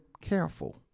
careful